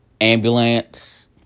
Ambulance